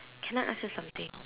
can I ask you something